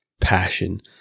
passion